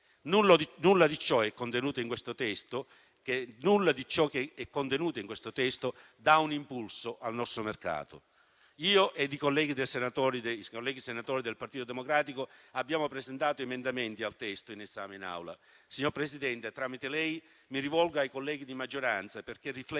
Nulla di ciò che è contenuto in questo testo dà un impulso al nostro mercato. Io e i colleghi senatori del Partito Democratico abbiamo presentato emendamenti al testo in esame in Aula. Signor Presidente, tramite lei mi rivolgo ai colleghi di maggioranza perché riflettano